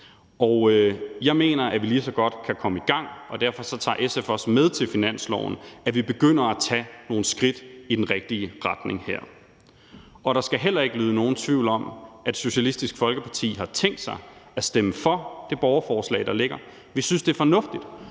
Jeg mener, at vi lige så godt kan komme i gang, og derfor tager SF det også med til finanslovsforhandlingerne, sådan at vi begynder at tage nogle skridt i den rigtige retning her. Der skal heller ikke være nogen tvivl om, at Socialistisk Folkeparti har tænkt sig at stemme for det borgerforslag, der ligger. Vi synes, det er fornuftigt,